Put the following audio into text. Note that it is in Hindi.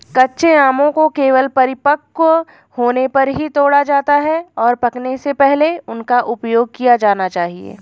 कच्चे आमों को केवल परिपक्व होने पर ही तोड़ा जाता है, और पकने से पहले उनका उपयोग किया जाना चाहिए